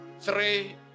three